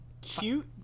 cute